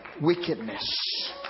Wickedness